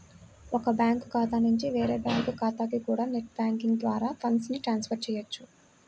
ఒక బ్యాంకు ఖాతా నుంచి వేరే బ్యాంకు ఖాతాకి కూడా నెట్ బ్యాంకింగ్ ద్వారా ఫండ్స్ ని ట్రాన్స్ ఫర్ చెయ్యొచ్చు